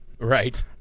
right